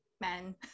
men